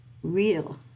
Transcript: real